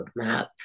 roadmap